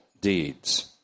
deeds